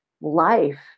life